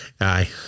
Aye